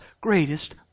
greatest